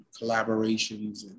collaborations